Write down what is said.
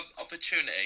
opportunity